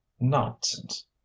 nonsense